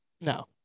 No